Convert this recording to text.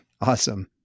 Awesome